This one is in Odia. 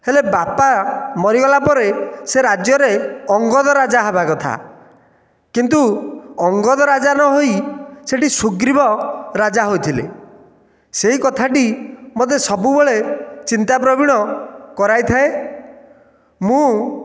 ହେଲେ ବାପା ମରିଗଲା ପରେ ସେ ରାଜ୍ୟରେ ଅଙ୍ଗଦ ରାଜା ହେବା କଥା କିନ୍ତୁ ଅଙ୍ଗଦ ରାଜା ନ ହୋଇ ସେ'ଠି ସୁଗ୍ରୀବ ରାଜା ହୋଇଥିଲେ ସେଇ କଥାଟି ମୋତେ ସବୁବେଳେ ଚିନ୍ତାପ୍ରବୀଣ କରାଇଥାଏ ମୁଁ